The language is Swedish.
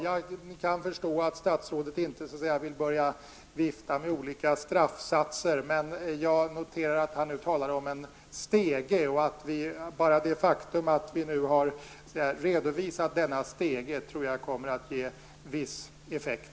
Jag kan förstå att statsrådet inte vill vifta med olika straffsatser, men jag noterar att han ändå talar om en ''stege'', och jag tror att redan detta faktum kommer att ge en viss effekt.